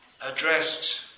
addressed